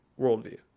worldview